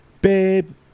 Babe